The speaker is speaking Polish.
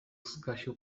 zgasił